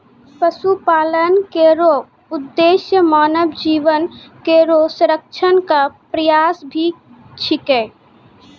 पशुपालन केरो उद्देश्य मानव जीवन केरो संरक्षण क प्रयास भी छिकै